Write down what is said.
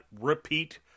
repeat